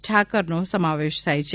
ઠાકરનો સમાવેશ થાય છે